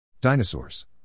Dinosaurs